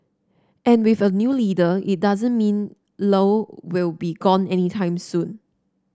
and with a new leader it doesn't mean Low will be gone anytime soon